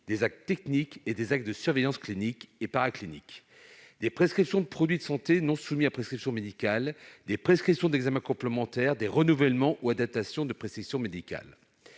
des actes techniques et des actes de surveillance clinique et paraclinique, des prescriptions de produits de santé non soumis à prescription médicale, des prescriptions d'examens complémentaires, des renouvellements ou adaptations de prescriptions médicales.